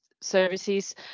services